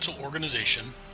organization